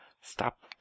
Stop